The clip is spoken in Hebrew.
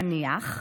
נניח,